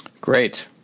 Great